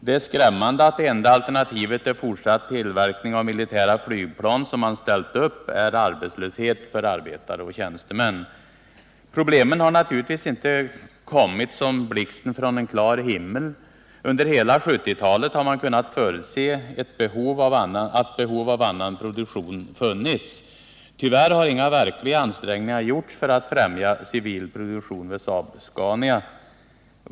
Det är skrämmande att det enda alternativ till fortsatt tillverkning av militära flygplan som man ställt upp är arbetslöshet för arbetare och tjänstemän. Problemen har naturligtvis inte kommit som en blixt från klar himmel. Under hela 1970-talet har man kunnat förutse att behov av annan produktion skulle uppstå. Tyvärr har inga verkliga ansträngningar gjorts för att främja civil produktion vid Saab-Scania.